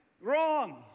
wrong